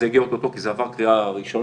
וזה יגיע אוטוטו כי זה עבר קריאה ראשונה,